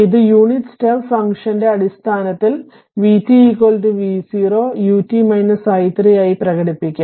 ഇത് unit step ഫംഗ്ഷന്റെ അടിസ്ഥാനത്തിൽ vt v0 ut i3 ആയി പ്രകടിപ്പിക്കാം